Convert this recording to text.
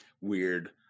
weird